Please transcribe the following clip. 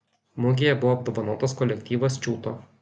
mugėje buvo apdovanotas kolektyvas čiūto